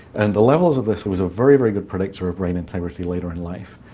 and the levels of this was a very, very good predictor of brain integrity later in life.